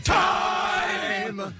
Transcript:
time